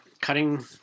Cutting